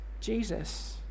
Jesus